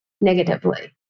negatively